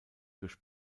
durch